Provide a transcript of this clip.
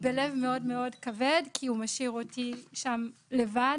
בלב מאוד כבד כי הוא משאיר אותי שם לבד.